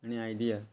आनी आयडिया